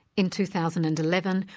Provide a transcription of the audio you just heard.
in two thousand and eleven,